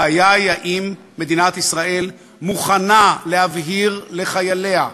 הבעיה היא האם מדינת ישראל מוכנה להבהיר לחייליה,